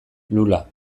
lula